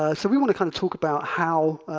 ah so we want to kind of talk about how